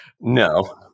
No